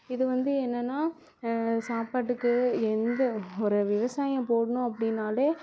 இது வந்து என்னன்னால் சாப்பாட்டுக்கு எந்த ஒரு விவசாயம் போடணும் அப்படினாலே